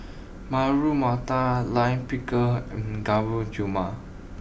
Matar Lime Pickle and Gulab Jamun